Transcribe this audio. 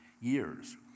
years